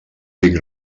dic